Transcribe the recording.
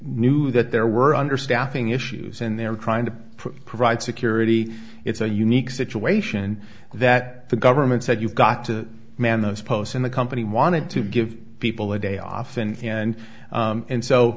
knew that there were understaffing issues and they're trying to provide security it's a unique situation that the government said you've got to man those posts in the company wanted to give people a day off and and and